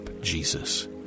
Jesus